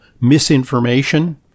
misinformation